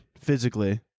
physically